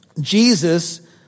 Jesus